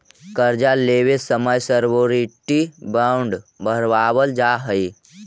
कर्जा लेवे समय श्योरिटी बॉण्ड भरवावल जा हई